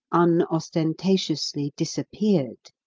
unostentatiously disappeared,